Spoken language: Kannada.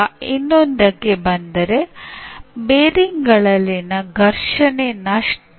ಇದು ಹೆಚ್ಚು ಪರಿಣಾಮಕಾರಿಯಾಗಲು ನೀವು ಸರಿಯಾದ ರೀತಿಯ ಚಲನೆಯನ್ನು ಆರಿಸಬೇಕಾಗುತ್ತದೆ